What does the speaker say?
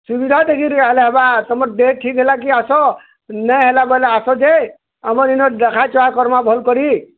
ସୁବିଧା ଦେଖିକିରି ଆଏଲେ ହେବା ତୁମର ଦେହ ଠିକ୍ ହେଲା କି ଆସ ନାଇଁ ହେଲା ବୋଲେ ଆସ ଯେ ଆମର୍ ଇନ ଦେଖା ଚାହାଁ କର୍ମା ଭଲ୍ କରି